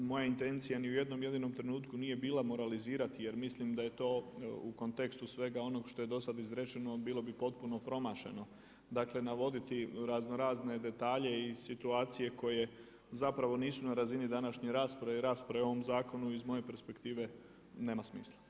Moja intencija ni u jednom jedinom trenutku nije bila moralizirati jer mislim da je to u kontekstu svega onoga što je do sada izrečeno bilo bi potpuno promašeno, dakle navoditi raznorazne detalje i situacije koje zapravo nisu na razini današnje rasprave i rasprave o ovom zakonu iz moje perspektive nema smisla.